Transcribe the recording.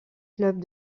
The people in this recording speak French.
clubs